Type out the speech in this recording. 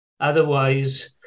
Otherwise